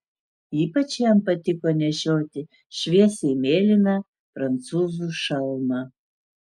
ypač jam patiko nešioti šviesiai mėlyną prancūzų šalmą